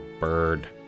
bird